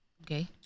Okay